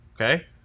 Okay